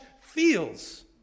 feels